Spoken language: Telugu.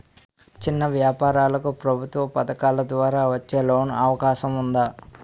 చిన్న వ్యాపారాలకు ప్రభుత్వం పథకాల ద్వారా వచ్చే లోన్ అవకాశం ఉందా?